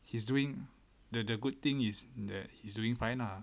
he's doing the the good thing is that he's doing fine lah